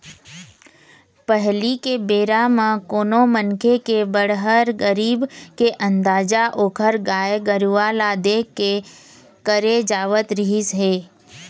पहिली के बेरा म कोनो मनखे के बड़हर, गरीब के अंदाजा ओखर गाय गरूवा ल देख के करे जावत रिहिस हे